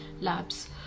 Labs